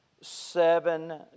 Seven